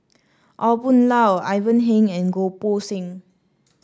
Aw Boon Haw Ivan Heng and Goh Poh Seng